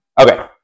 okay